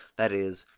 that is,